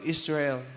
Israel